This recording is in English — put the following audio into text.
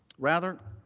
rather,